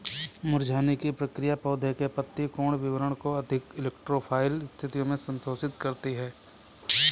मुरझाने की प्रक्रिया पौधे के पत्ती कोण वितरण को अधिक इलेक्ट्रो फाइल स्थितियो में संशोधित करती है